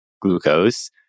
glucose